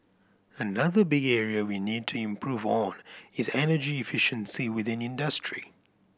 another big area we need to improve on is energy efficiency within industry